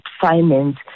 finance